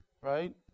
Right